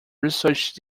research